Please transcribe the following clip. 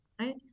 right